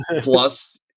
plus